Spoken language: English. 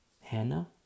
Hannah